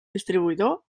distribuïdor